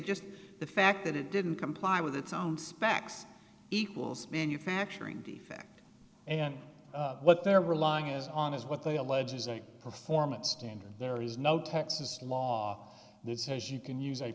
just the fact that it didn't comply with its own specs equals manufacturing defect and what they're relying is on is what they allege is a performance standard there is no texas law that says you can use a